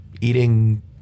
eating